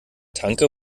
tanke